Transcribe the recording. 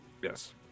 Yes